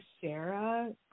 Sarah